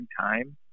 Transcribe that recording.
time